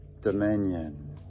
dominion